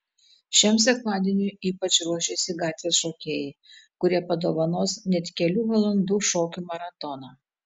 šiam sekmadieniui ypač ruošiasi gatvės šokėjai kurie padovanos net kelių valandų šokių maratoną